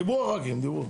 הח"כים דיברו.